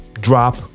drop